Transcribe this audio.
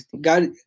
God